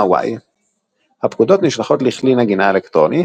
Y". הפקודות נשלחות לכלי-נגינה אלקטרוני,